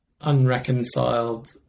unreconciled